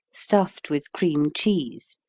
stuffed with cream cheese,